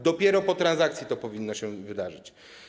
Dopiero po transakcji to powinno się wydarzyć.